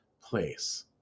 place